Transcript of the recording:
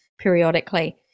periodically